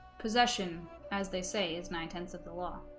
possession as they say is nine-tenths of the law